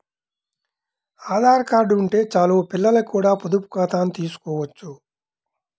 Aadhaar card ఉంటే చాలు పిల్లలకి కూడా పొదుపు ఖాతాను తీసుకోవచ్చు